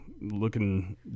looking